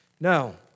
No